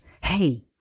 hey